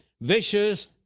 vicious